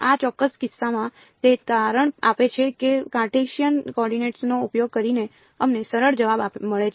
આ ચોક્કસ કિસ્સામાં તે તારણ આપે છે કે કાર્ટેશિયન કોઓર્ડિનેટ્સનો ઉપયોગ કરીને અમને સરળ જવાબ મળે છે